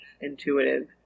intuitive